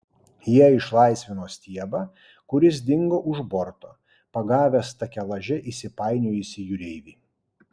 jie išlaisvino stiebą kuris dingo už borto pagavęs takelaže įsipainiojusį jūreivį